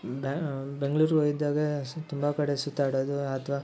ಬ್ಯ ಬೆಂಗ್ಳೂರಿಗೆ ಹೋಗಿದ್ದಾಗ ಸ್ ತುಂಬ ಕಡೆ ಸುತ್ತಾಡೋದು ಅಥವಾ